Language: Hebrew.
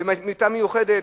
ומיטה מיוחדת,